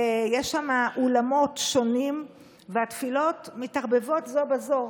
ויש שם אולמות שונים והתפילות מתערבבות זו בזו.